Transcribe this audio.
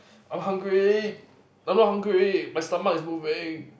I'm hungry I'm not hungry my stomach is moving